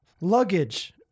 luggage